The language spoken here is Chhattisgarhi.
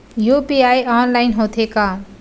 यू.पी.आई ऑनलाइन होथे का?